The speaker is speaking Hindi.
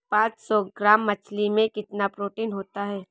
पांच सौ ग्राम मछली में कितना प्रोटीन होता है?